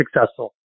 successful